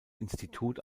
institut